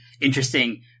interesting